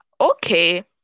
Okay